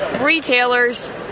retailers